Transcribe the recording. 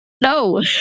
No